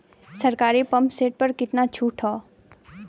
सरकारी pump set प कितना छूट हैं?